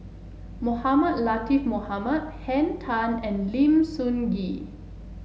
Mohamed Latiff Mohamed Henn Tan and Lim Sun Gee